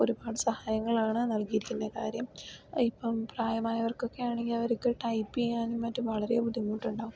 ഒരുപാട് സഹായങ്ങളാണ് നൽകിയിരിക്കുന്നത് കാര്യം ഇപ്പം പ്രായമായവർക്ക് ഒക്കെയാണെങ്കിൽ അവർക്ക് ടൈപ്പ് ചെയ്യാൻ മറ്റും വളരെ ബുദ്ധിമുട്ടുണ്ടാകും